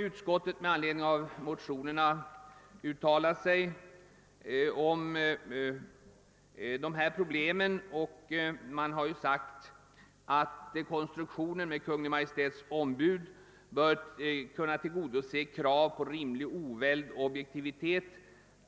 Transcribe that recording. Utskottet har med anledning av motionerna uttalat sig om dessa problem och sagt att konstruktionen med Kungl. Maj:ts ombud bör kunna tillgodose rimliga krav på oväld och objektivitet